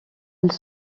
elle